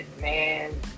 man